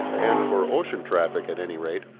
and, for ocean traffic at any rate,